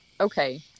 Okay